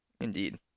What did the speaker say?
indeed